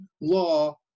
law